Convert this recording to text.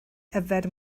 yfed